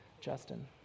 Justin